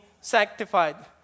sanctified